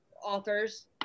authors